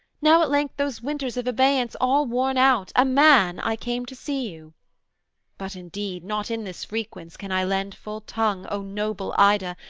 now at length, those winters of abeyance all worn out, a man i came to see you but indeed, not in this frequence can i lend full tongue, o noble ida,